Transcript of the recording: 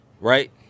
Right